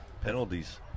penalties